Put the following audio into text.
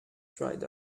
dried